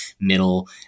middle